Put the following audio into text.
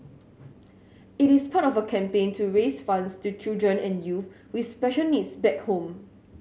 it is part of a campaign to raise funds to children and youth with special needs back home